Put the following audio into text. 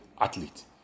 athlete